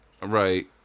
right